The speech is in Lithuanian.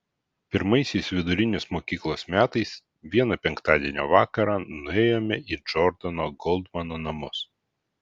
pirmaisiais vidurinės mokyklos metais vieną penktadienio vakarą nuėjome į džordano goldmano namus